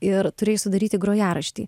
ir turėjai sudaryti grojaraštį